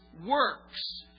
works